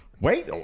Wait